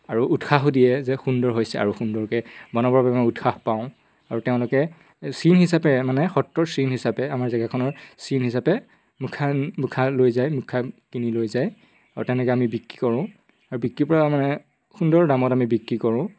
আৰু উৎসাহো দিয়ে যে সুন্দৰ হৈছে আৰু সুন্দৰকে বনাবৰ বাবে আমি উৎসাহ পাওঁ আৰু তেওঁলোকে চিন হিচাপে মানে সত্ৰৰ চিন হিচাপে আমাৰ জেগাখনৰ চিন হিচাপে মুখা মুখা লৈ যায় মুখা কিনি লৈ যায় আৰু তেনেকে আমি বিক্ৰী কৰোঁ আৰু বিক্ৰী কৰা মানে সুন্দৰ দামত আমি বিক্ৰী কৰোঁ